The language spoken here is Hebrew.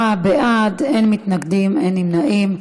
עשרה בעד, אין מתנגדים, אין נמנעים.